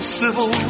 civil